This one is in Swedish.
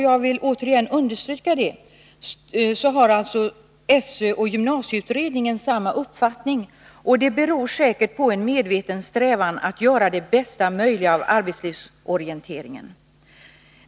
Jag vill åter understryka att SÖ och gymnasieutredningen har samma uppfattning, vilket säkert beror på en medveten strävan att göra det bästa möjliga av arbetslivsorienteringen.